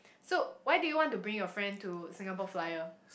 so why do you want to bring your friend to Singapore-Flyer